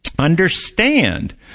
Understand